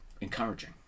encouraging